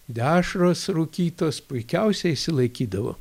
dešros rūkytos puikiausiai išsilaikydavo